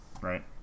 right